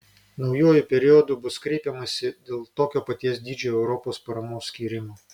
naujuoju periodu bus kreipiamasi dėl tokio paties dydžio europos paramos skyrimo